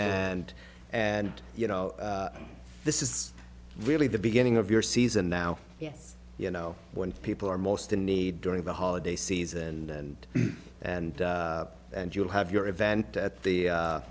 and and you know this is really the beginning of your season now yes you know when people are most in need during the holiday season and and and and you'll have your event at the